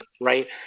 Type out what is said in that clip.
right